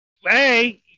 Hey